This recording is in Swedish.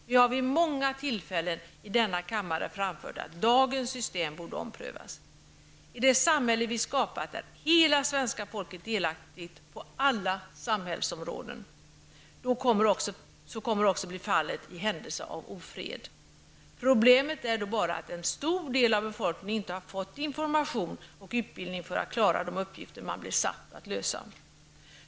Vi har vid många tillfällen i denna kammare framfört att dagens system borde omprövas. I det samhälle som vi har skapat är hela svenska folket delaktigt på alla samhällsområden -- så kommer också att bli fallet i händelse av ofred. Problemet är då bara att en stor del av befolkningen inte har fått information och utbildning för att klara de uppgifter som man blir satt att lösa.